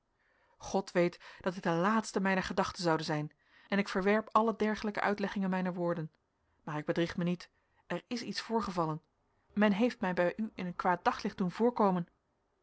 god weet dat dit de laatste mijner gedachten zoude zijn en ik verwerp alle dergelijke uitleggingen mijner woorden maar ik bedrieg mij niet er is iets voorgevallen men heeft mij bij u in een kwaad daglicht doen voorkomen